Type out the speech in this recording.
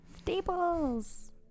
staples